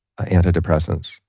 antidepressants